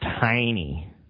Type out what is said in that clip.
tiny